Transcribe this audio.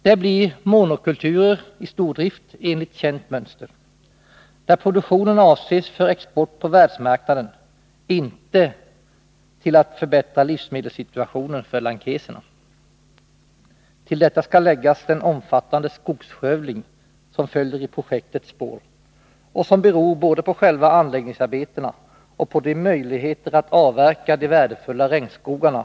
Det blir monokulturer i stordrift enligt känt mönster, där produktionen avses för export på världsmarknaden och inte syftar till att förbättra livsmedelssituationen för srilankeserna. Till detta skall läggas den omfattande skogsskövling som följer i projektets spår och som beror både på själva anläggningsarbetena och på möjligheterna att avverka de värdefulla regnskogarna.